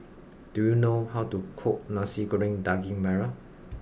do you know how to cook Nasi Goreng Daging Merah